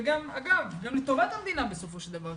וגם לטובת המדינה בסופו של דבר.